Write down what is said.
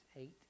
eight